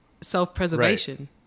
self-preservation